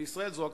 בישראל זו הכנסת.